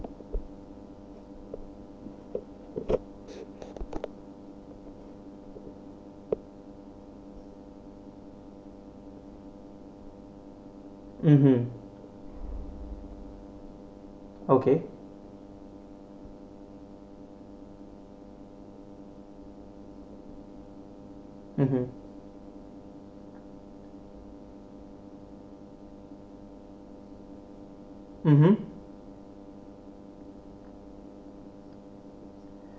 mmhmm okay mmhmm